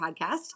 podcast